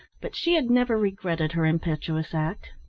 but she had never regretted her impetuous act.